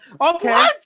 Okay